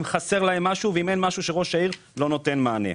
חסר להם משהו ואם אין משהו שראש העיר לא נותן מענה.